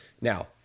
Now